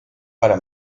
para